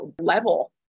level